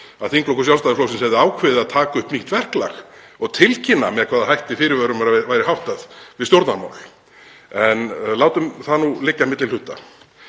að þingflokkur Sjálfstæðisflokksins hefði ákveðið að taka upp nýtt verklag og tilkynna með hvaða hætti fyrirvörum væri háttað við stjórnarmál. En látum það nú liggja milli hluta.